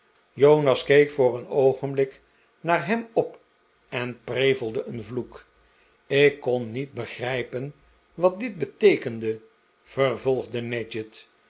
jonas keek voor een oogenblik naar hem op en prevelde een vloek ik kon niet begrijpen wat dit beteekende vervolgde nadgett